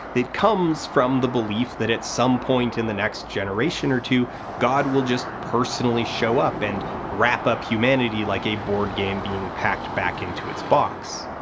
that comes from the belief that at some point in the next generation or two god will just personally show up and wrap up humanity, like a board game being packed back into its box.